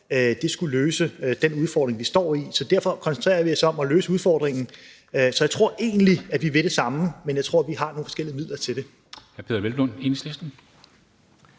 skulle løse den udfordring, vi står over for, så derfor koncentrerer vi os om at løse udfordringen. Jeg tror egentlig, at vi vil det samme, men jeg tror, at vi har nogle forskellige midler til det. Kl. 14:40 Formanden